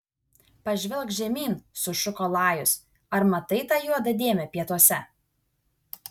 pažvelk žemyn sušuko lajus ar matai tą juodą dėmę pietuose